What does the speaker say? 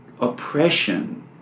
oppression